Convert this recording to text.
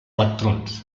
electrons